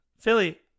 Philly